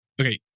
Okay